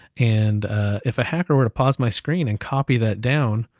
and if a hacker were to pause my screen, and copy that down,